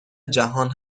جهان